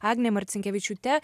agne marcinkevičiūte